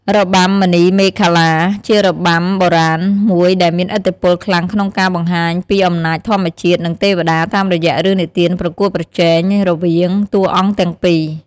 របាំមណីមេខលា ជារបាំបុរាណមួយដែលមានឥទ្ធិពលខ្លាំងក្នុងការបង្ហាញពីអំណាចធម្មជាតិ និងទេវតា តាមរយៈរឿងនិទានប្រកួតប្រជែងរវាងតួអង្គទាំងពីរ។